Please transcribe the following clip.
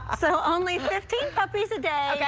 ah so only fifteen puppies a day, yeah